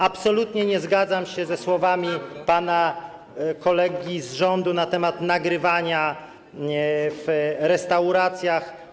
Absolutnie nie zgadzam się ze słowami pana kolegi z rządu na temat nagrywania w restauracjach.